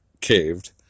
caved